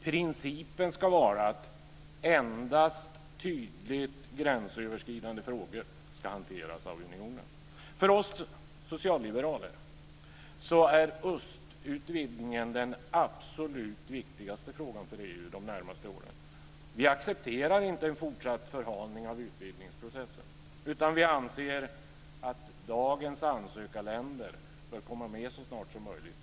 Principen ska vara att endast tydligt gränsöverskridande frågor ska hanteras av unionen. För oss socialliberaler är östutvidgningen den absolut viktigaste frågan för EU under de närmaste åren. Vi accepterar inte en fortsatt förhalning av utvidgningsprocessen. Vi anser att dagens ansökarländer bör komma med så snart som möjligt.